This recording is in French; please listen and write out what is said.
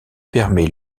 permet